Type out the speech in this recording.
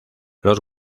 los